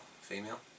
female